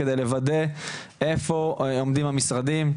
כדי לוודא איפה עומדים המשרדים,